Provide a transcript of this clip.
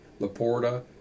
Laporta